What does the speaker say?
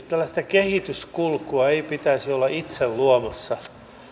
tällaista kehityskulkua ei pitäisi olla itse luomassa